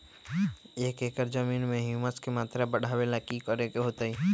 एक एकड़ जमीन में ह्यूमस के मात्रा बढ़ावे ला की करे के होतई?